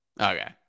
Okay